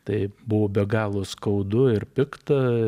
tai buvo be galo skaudu ir pikta